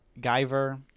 Giver